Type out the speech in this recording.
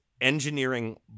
engineering